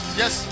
yes